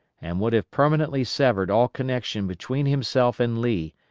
and would have permanently severed all connection between himself and lee,